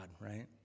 right